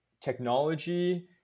technology